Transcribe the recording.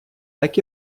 так